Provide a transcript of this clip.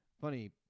Funny